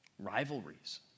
Rivalries